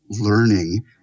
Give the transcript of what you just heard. learning